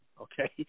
okay